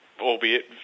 albeit